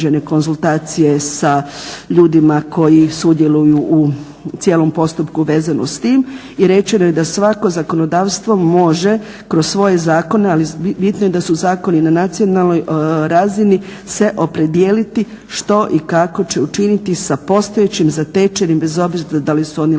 i rečeno je da svako zakonodavstvo može kroz svoje zakone, ali bitno je da su zakoni na nacionalnoj razini, se opredijeliti što i kako će učiniti sa postojećim zatečenim, bez obzira da li su oni legalne